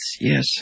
yes